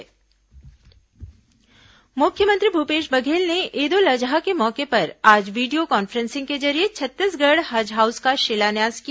हज हाउस भूमिपूजन मुख्यमंत्री भूपेश बघेल ने ईद उल अजहा के मौके पर आज वीडियो कॉन्फ्रेंसिंग के जरिये छत्तीसगढ़ हज हाउस का शिलान्यास किया